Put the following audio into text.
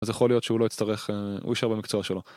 אז יכול להיות שהוא לא יצטרך, הוא יישאר במקצוע שלו.